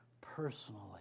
personally